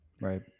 Right